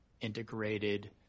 integrated